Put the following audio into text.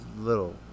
little